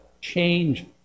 change